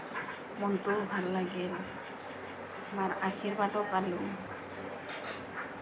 মনটোও ভাল লাগে মাৰ আশীৰ্বাদো পালোঁ